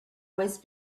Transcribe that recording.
was